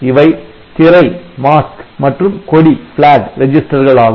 இவை திரை மற்றும் கொடி ரெஜிஸ்டர்கள் ஆகும்